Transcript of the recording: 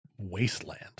wasteland